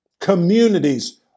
communities